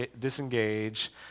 disengage